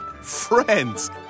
friends